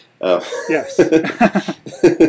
Yes